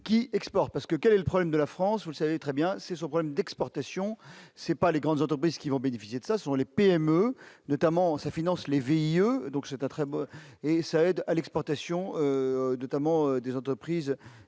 qui exportent parce que quel est le problème de la France, vous savez très bien, c'est son problème d'exportation, c'est pas les grandes entreprises qui vont bénéficier de ça sont les PME, notamment sa finance. Evie VIE donc c'est très beau et ça aide à l'exportation, notamment des entreprises,